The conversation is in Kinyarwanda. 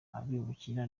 abimukira